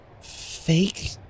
fake